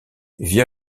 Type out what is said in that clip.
via